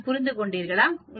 நீ புரிந்துகொண்டாய்